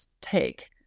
take